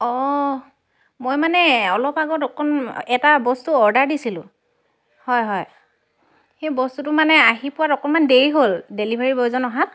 অঁ মই মানে অলপ আগত অকণ এটা বস্তু অৰ্ডাৰ দিছিলোঁ হয় হয় সেই বস্তুটো মানে আহি পোৱাত অকণমান দেৰি হ'ল ডেলিভাৰী বয়জন অহাত